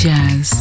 Jazz